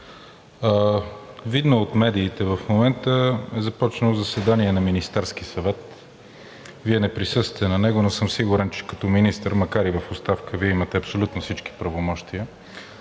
видно е от медиите, че в момента е започнало заседание на Министерския съвет. Вие не присъствате на него, но съм сигурен, че като министър, макар и в оставка, Вие имате абсолютно всички правомощия.